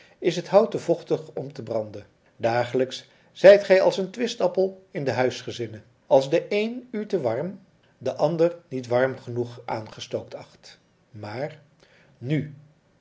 is het hout te vochtig om te branden dagelijks zijt gij als een twistappel in de huisgezinnen als de een u te warm de ander niet warm genoeg aangestookt acht maar nu